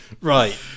Right